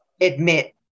Admit